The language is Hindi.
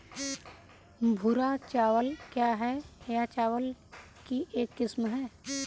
भूरा चावल क्या है? क्या यह चावल की एक किस्म है?